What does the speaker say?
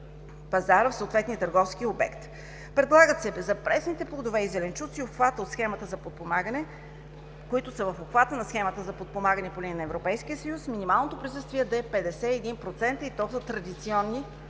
пазара в съответния търговски обект. За пресните плодове и зеленчуци, които са в обхвата на схемата за подпомагане по линия на Европейския съюз, минималното присъствие да е 51%, и то за традиционни